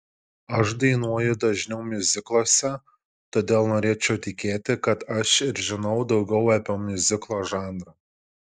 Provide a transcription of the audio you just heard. aš dainuoju dažniau miuzikluose todėl norėčiau tikėti kad aš ir žinau daugiau apie miuziklo žanrą